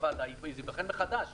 בוועדה זה ייבחן מחדש.